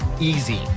easy